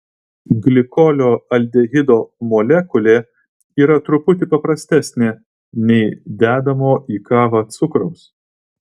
glikolio aldehido molekulė yra truputį paprastesnė nei dedamo į kavą cukraus